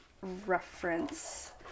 reference